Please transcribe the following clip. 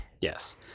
yes